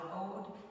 old